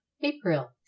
April